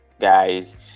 guys